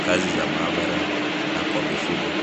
kazi za maabara na kwa mifugo.